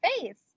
face